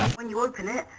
when you open it,